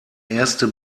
erste